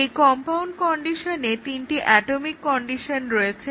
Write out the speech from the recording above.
এই কম্পাউন্ড কন্ডিশনে তিনটে অ্যাটমিক কন্ডিশন রয়েছে